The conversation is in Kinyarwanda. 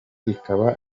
ikaba